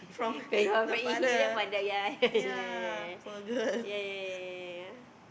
beggar but if he ya ya ya ya ya ya ya ya ya